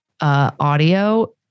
Audio